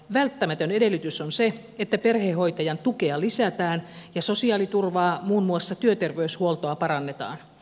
välttämätön edellytys on se että perhehoitajan tukea lisätään ja sosiaaliturvaa muun muassa työterveyshuoltoa parannetaan